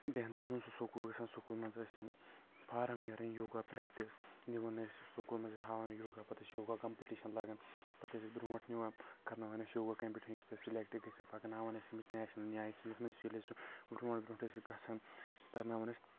ٹٮ۪نتھس منٛز اوسُس سکوٗل گژھان سکوٗل منٛز ٲسۍ یِم فارم نٮ۪ران یوگا پریکٹِس نِوان ٲسۍ سکوٗلن منٛز ہاوان یوگا پتہٕ ٲسۍ یوگا کمپٹشن لگان پتہٕ ٲسۍ أسۍ برٛونٛٹھ نِوان کرناوان ٲسۍ یوگا کمپیٚٹشن یُس تتہِ سلٮ۪کٹ گژھِ ہے پکناوان ٲسۍ یِم اسہِ نیشنل نیشنل منٛز ییٚلہِ أسۍ سُہ برٛونٛٹھ برٛونٛٹھ ٲسۍ گژھان کرناوان ٲسۍ